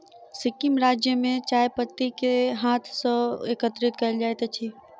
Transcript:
सिक्किम राज्य में चाय पत्ती के हाथ सॅ एकत्रित कयल जाइत अछि